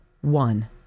one